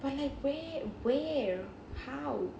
but like where where how